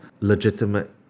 legitimate